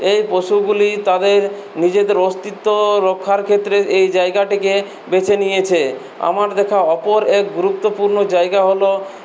এই পশুগুলি তাদের নিজেদের অস্তিত্ব রক্ষার ক্ষেত্রে এই জায়গাটিকে বেছে নিয়েছে আমার দেখা অপর এক গুরুত্বপূর্ণ জায়গা হলো